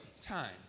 Time